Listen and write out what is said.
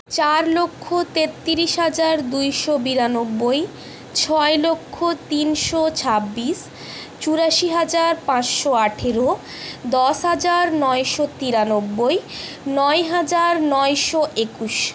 চার লক্ষ তেত্রিশ হাজার দুশো বিরানব্বই ছয় লক্ষ তিনশো ছাব্বিশ চুরাশি হাজার পাঁচশো আঠেরো দশ হাজার নশো তিরানব্বই নয় হাজার নশো একুশ